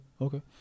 Okay